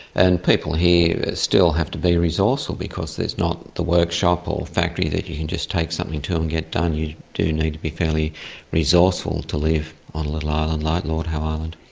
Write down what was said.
and people here still have to be resourceful because there's not the workshop or factory that you can just take something to and get done, you do need to be fairly resourceful to live on a little ah island like lord howe island.